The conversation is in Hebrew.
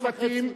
משפט הסיום.